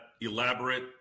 elaborate